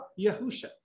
Yahusha